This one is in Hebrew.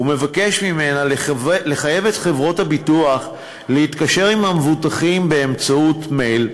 ומבקש ממנה לחייב את חברות הביטוח להתקשר עם המבוטחים באמצעות מייל,